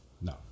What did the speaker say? No